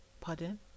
pardon